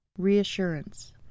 reassurance